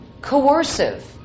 coercive